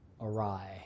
awry